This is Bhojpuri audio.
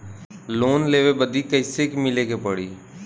लोन लेवे बदी कैसे मिले के पड़ी?